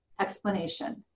explanation